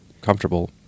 comfortable